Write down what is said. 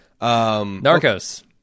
Narcos